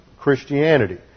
Christianity